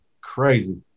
crazy